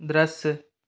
दृश्य